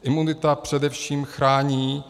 Imunita především chrání